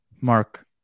Mark